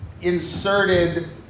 inserted